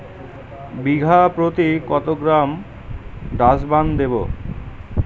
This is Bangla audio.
বিঘাপ্রতি কত গ্রাম ডাসবার্ন দেবো?